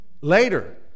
Later